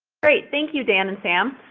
great. thank you, dan and sam.